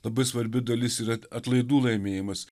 labai svarbi dalis yra atlaidų laimėjimas